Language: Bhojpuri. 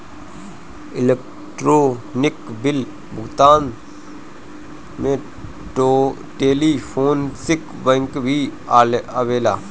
इलेक्ट्रोनिक बिल भुगतान में टेलीफोनिक बैंकिंग भी आवेला